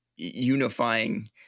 unifying